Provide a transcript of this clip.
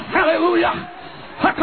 Hallelujah